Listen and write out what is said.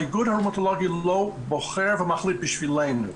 האיגוד הראומטולוגי לא בוחר ומחליט בשבילנו.